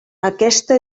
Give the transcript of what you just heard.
aquesta